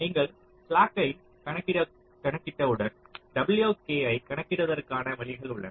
நீங்கள் ஸ்லாக்யை கணக்கிட்டவுடன் wk ஐ கணக்கிடுவதற்கான வழிகள் உள்ளன